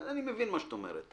אני מבין את מה שאת אומרת.